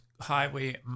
Highway